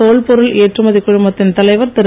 தோல் பொருள் ஏற்றுமதி குழுமத்தின் தலைவர் திரு